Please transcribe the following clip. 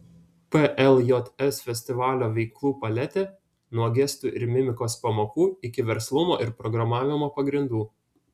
pljs festivalio veiklų paletė nuo gestų ir mimikos pamokų iki verslumo ir programavimo pagrindų